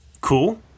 Cool